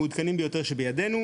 אפשר לראות כמה דברים מעניינים,